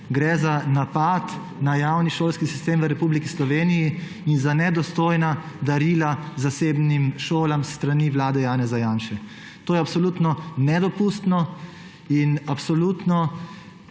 Gre za napad na javni šolski sistem v Republiki Sloveniji in za nedostojna darila zasebnim šolam s strani vlade Janeza Janše. To je absolutno nedopustno in absolutno